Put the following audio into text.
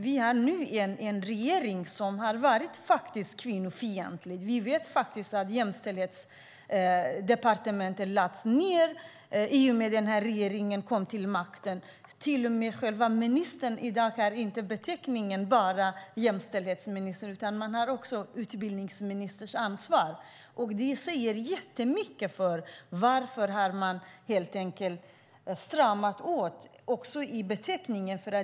Vi har nu en regering som har varit kvinnofientlig. Jämställdhetsdepartementet lades ned i och med att den här regeringen kom till makten. Beteckningen på ministern är inte ens jämställdhetsminister, och det är också utbildningsministerns ansvar. Det säger jättemycket att man har stramat åt beteckningen.